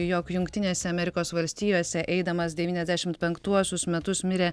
jog jungtinėse amerikos valstijose eidamas devyniasdešimt penktuosius metus mirė